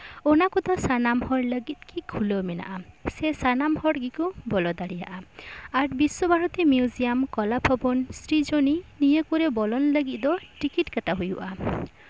ᱚᱱᱟᱠᱚᱫᱚ ᱥᱟᱱᱟᱢ ᱦᱚᱲ ᱞᱟᱹᱜᱤᱫ ᱜᱮ ᱠᱷᱩᱞᱟᱹᱣ ᱢᱟᱱᱮᱜᱼᱟ ᱥᱮ ᱥᱟᱱᱟᱢ ᱦᱚᱲ ᱜᱮᱠᱚ ᱵᱚᱞᱚ ᱫᱟᱲᱮᱭᱟᱜᱼᱟ ᱟᱨ ᱵᱤᱥᱥᱚᱵᱷᱟᱨᱚᱛᱤ ᱢᱤᱭᱩᱡᱤᱭᱟᱢ ᱠᱚᱞᱟ ᱵᱷᱚᱵᱚᱱ ᱥᱨᱤᱡᱚᱱᱤ ᱱᱤᱭᱟᱹ ᱠᱚᱨᱮ ᱵᱚᱞᱚᱱ ᱞᱟᱹᱜᱤᱫ ᱫᱚ ᱴᱤᱠᱤᱴ ᱠᱟᱴᱟᱣ ᱦᱩᱭᱩᱜᱼᱟ